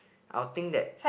I will think that